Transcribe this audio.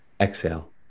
Exhale